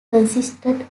consisted